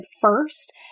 first